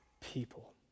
people